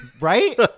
Right